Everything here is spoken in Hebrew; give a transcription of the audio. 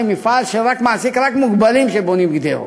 מפעל שמעסיק רק מוגבלים שבונים גדרות.